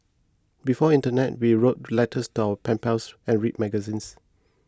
before the internet we wrote letters to our pen pals and read magazines